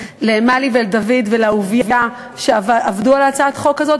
למלי, לדוד ולאהוביה, שעבדו על הצעת החוק הזאת.